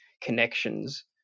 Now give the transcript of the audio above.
connections